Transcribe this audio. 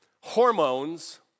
hormones